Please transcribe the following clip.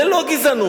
זה לא גזענות,